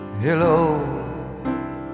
hello